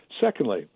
Secondly